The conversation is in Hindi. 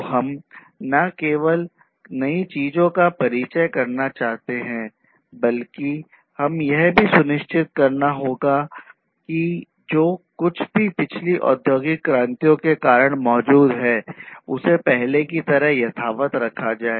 तो हम ना केवल नई चीजों का परिचय कराना चाहते हैं बल्कि हमें यह भी सुनिश्चित करना होगा कि जो कुछ भी पिछली औद्योगिक क्रांतिओं के कारण मौजूद है उसे पहले की तरह यथावत रखा जाए